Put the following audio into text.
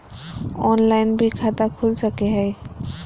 Online भी खाता खूल सके हय?